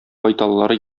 байталлары